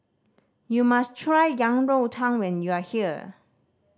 you must try Yang Rou Tang when you are here